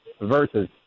versus